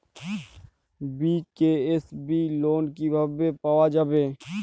BKSB loan কিভাবে পাওয়া যাবে?